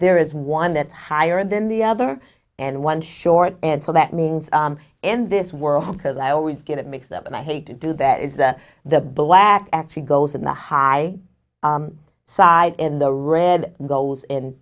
there is one that's higher than the other and one short and so that means in this world because i always get it mixed up and i hate to do that is that the black actually goes in the high side in the red and goes